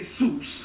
Jesus